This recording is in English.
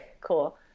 Cool